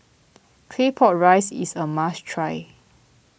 Claypot Rice is a must try